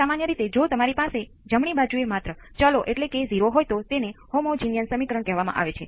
વિદ્યાર્થી 1 1 તે હજુ પણ પ્રથમ ઓર્ડર છે